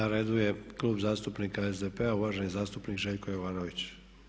Na redu je Klub zastupnika SDP-a, uvaženi zastupnik Željko Jovanović.